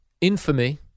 infamy